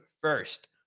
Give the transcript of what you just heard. first